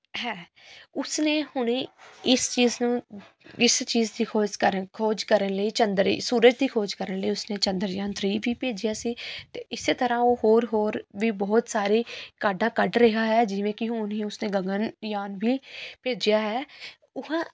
ਹੈ ਉਸ ਨੇ ਹੁਣੇ ਇਸ ਚੀਜ਼ ਨੂੰ ਇਸ ਚੀਜ਼ ਦੀ ਖੋਜ ਕਾਰਨ ਖੋਜ ਕਰਨ ਲਈ ਚੰਦਰੀ ਸੂਰਜ ਦੀ ਖੋਜ ਕਰਨ ਲਈ ਉਸ ਨੇ ਚੰਦਰਯਾਨ ਥ੍ਰੀ ਵੀ ਭੇਜਿਆ ਸੀ ਅਤੇ ਇਸੇ ਤਰ੍ਹਾਂ ਉਹ ਹੋਰ ਹੋਰ ਵੀ ਬਹੁਤ ਸਾਰੀ ਕਾਢਾਂ ਕੱਢ ਰਿਹਾ ਹੈ ਜਿਵੇਂ ਕਿ ਹੁਣ ਹੀ ਉਸ ਨੇ ਗਗਨਯਾਨ ਵੀ ਭੇਜਿਆ ਹੈ ਉਹ